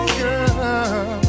girl